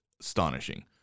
astonishing